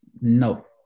No